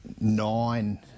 nine